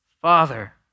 Father